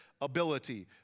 ability